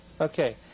Okay